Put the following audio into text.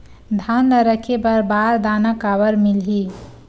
धान ल रखे बर बारदाना काबर मिलही?